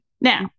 Now